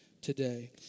today